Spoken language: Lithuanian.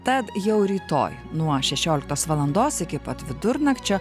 tad jau rytoj nuo šešioliktos valandos iki pat vidurnakčio